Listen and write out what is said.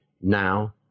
now